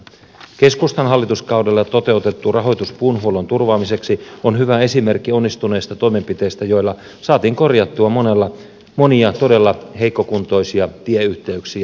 keskustan hallituskaudella toteutettu rahoitus puuhuollon turvaamiseksi on hyvä esimerkki onnistuneista toimenpiteistä joilla saatiin korjattua monia todella heikkokuntoisia tieyhteyksiä